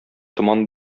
томан